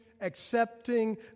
accepting